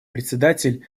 председатель